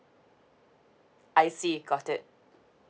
I see got it